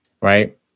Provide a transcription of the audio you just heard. right